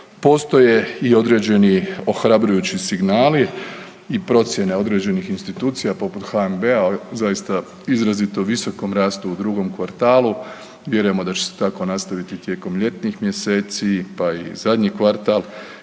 Postoje i određeni ohrabrujući signali, i procjene određenih institucija poput HNB-a, o zaista izrazito visokom rastu u drugom kvartalu. Vjerujemo da će se tako nastaviti tijekom ljetnih mjeseci pa i zadnji kvartal,